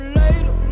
later